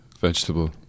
vegetable